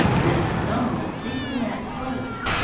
then the stone will sink the net slowly.